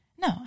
No